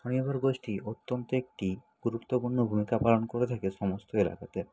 স্বনির্ভর গোষ্ঠী অত্যন্ত একটি গুরুত্বপূর্ণ ভূমিকা পালন করে থাকে সমস্ত এলাকাতে